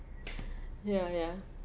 ya ya